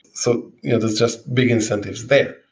so yeah there's just big incentives there.